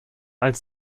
als